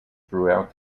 throughout